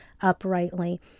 uprightly